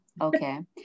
okay